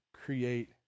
create